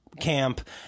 camp